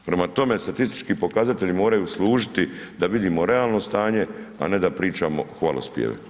Prema tome statistički pokazatelji moraju služiti da vidimo realno stanje a ne da pričamo hvalospjeve.